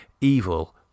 evil